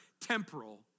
temporal